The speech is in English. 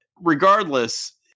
regardless